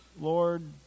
Lord